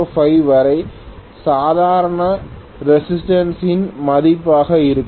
05 வரை சாதாரண ரெசிஸ்டன்ஸ் இன் மதிப்பாக இருக்கும்